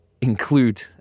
include